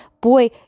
boy